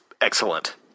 excellent